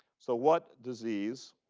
so what disease